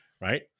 Right